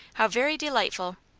how very delightful!